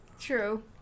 True